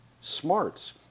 smarts